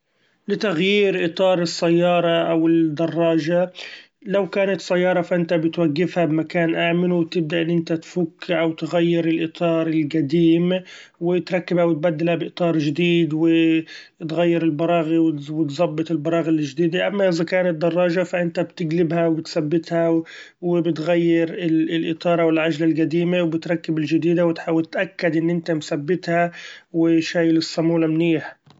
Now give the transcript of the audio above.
لتغيير إطار السيارة أو الدراچة; لو كان سيارة فإنت بتوقفها بمكان آمن وبتبدأ إن إنت تفك أو تغير الاطار القديم وتركبه وتبدله بإطار چديد ، و تغير البراغي وتظبط البراغي الچديدة ، اما إذا كانت دراچة ف إنت بتقلبها وبتثبتها وبتغير الاطار أو العچلة القديمة وبتركب الچديدة ، وبتحأول تتأكد إن إنت مثبتها وشأيل الصامولة منيح.